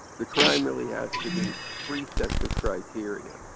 the crime really has to meet three sets of criteria.